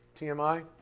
TMI